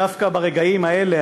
דווקא ברגעים האלה,